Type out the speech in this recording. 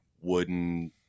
wooden